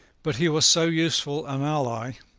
but he was so useful an ally,